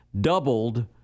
doubled